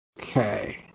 okay